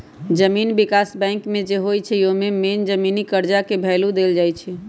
जमीन विकास बैंक जे होई छई न ओमे मेन जमीनी कर्जा के भैलु देल जाई छई